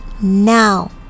Now